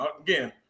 Again